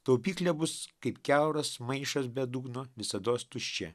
taupyklė bus kaip kiauras maišas be dugno visados tuščia